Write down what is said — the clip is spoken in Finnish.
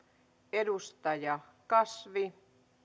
edustaja kasvi